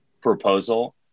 proposal